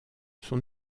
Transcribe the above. son